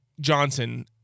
Johnson